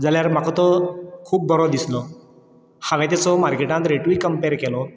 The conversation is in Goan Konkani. जाल्यार म्हाका तो खूब बरो दिसलो हांवें तेचो मार्केटान रेटूय कम्पेर केलो